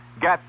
Get